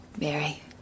Mary